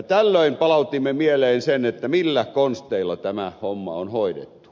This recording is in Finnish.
tällöin palautimme mieleen sen millä konsteilla tämä homma on hoidettu